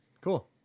Cool